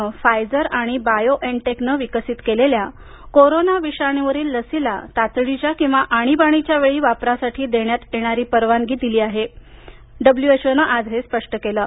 नं फायझर आणि बायो एन टेकनं विकसित केलेल्या कोरोना विषाणूवरील लसीला तातडीच्या किंवा अणीबाणीच्या वेळी वापरासाठी देण्यात येणारी परवानगी दिली असल्याचं स्पष्ट केलं आहे